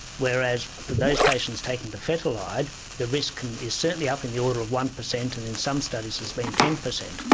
whereas for those patients taking dofetilide the risk and is certainly up in the order of one percent and in some studies it's been ten percent.